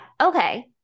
Okay